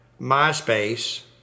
MySpace